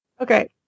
Okay